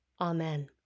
Amen